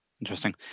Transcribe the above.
Interesting